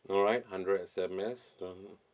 alright hundred S_M_S done